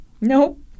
Nope